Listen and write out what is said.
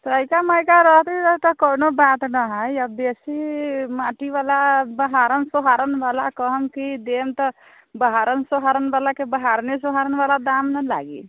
अइसा मैटर रहतै तऽ कोनो बात नहि हइ बेसी माटिवला बहारन सोहारनवला कहम कि देब तऽ बहारन सोहारनवलाके बहारने सोहारनवला दाम ने लागी